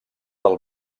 del